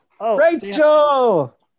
Rachel